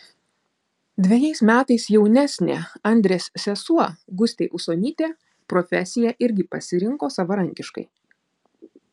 dvejais metais jaunesnė andrės sesuo gustė usonytė profesiją irgi pasirinko savarankiškai